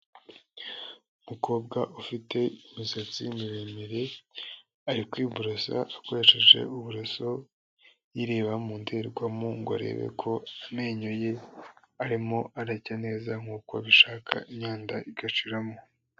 Umukobwa ufite imisatsi miremire, ari kwiborosa akoresheje uburoso, yireba mu ndorerwamo ngo arebe ko amenyo ye arimo aracya neza nk'uko abishaka imyanda igashiramo.